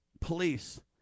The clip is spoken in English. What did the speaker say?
police